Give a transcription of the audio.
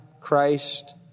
Christ